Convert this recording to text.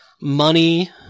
money